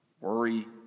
worry